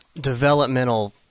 developmental